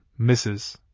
Mrs